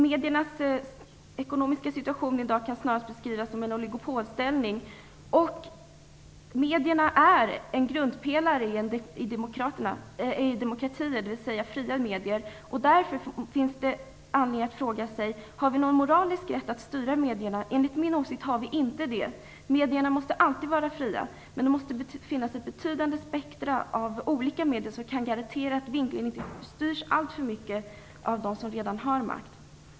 Mediernas ekonomiska situation i dag kan snarast beskrivas som en oligopolställning. Medierna är en grundpelare i en demokrati, dvs. fria medier. Därför finns det anledning att fråga sig om vi har någon moralisk rätt att styra medierna. Enligt min åsikt har vi inte det. Medierna måste alltid vara fria, men det måste finnas ett betydande spektrum av olika medier som kan garantera att vinklingen inte styrs alltför mycket av dem som redan har makt.